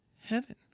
heaven